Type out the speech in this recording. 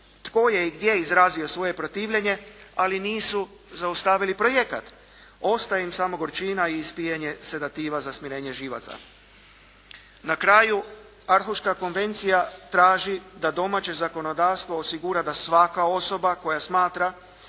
tko je i gdje izrazio svoje protivljenje, ali nisu zaustavili projekat. Ostaje im samo gorčina i ispijanje sedativa za smirenje živaca. Na kraju Arhuška konvencija traži da domaće zakonodavstvo osigura da svaka osoba koja smatra